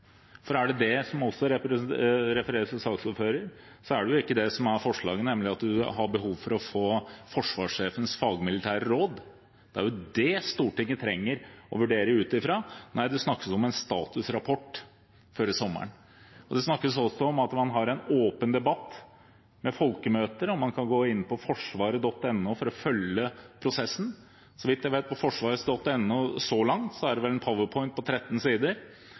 er det det, som det også refereres til av Halleraker, så er det jo ikke det som er forslaget, nemlig at man har behov for å få forsvarssjefens fagmilitære råd. Det er jo det Stortinget trenger å vurdere ut fra. Nei, det snakkes om en statusrapport før sommeren. Og det snakkes også om at man har en åpen debatt med folkemøter, og man kan gå inn på forsvaret.no for å følge prosessen. Så vidt jeg vet, er det vel så langt på forsvaret.no en powerpoint-presentasjon på 13 sider, og så er det en